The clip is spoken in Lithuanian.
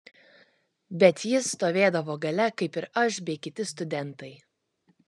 bet ji stovėdavo gale kaip ir aš bei kiti studentai